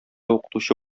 укытучы